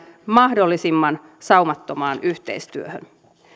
mahdollisimman saumattomaan yhteistyöhön